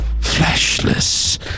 Fleshless